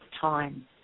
time